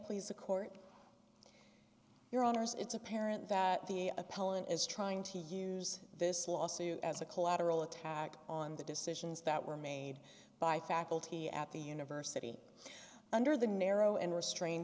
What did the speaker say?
please the court your honors it's apparent that the appellant is trying to use this lawsuit as a collateral attack on the decisions that were made by faculty at the university under the narrow and restrain